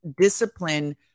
discipline